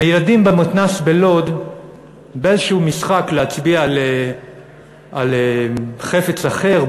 מילדים במתנ"ס בלוד באיזשהו משחק להצביע על חפץ אחר,